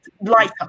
lighter